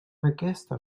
aquesta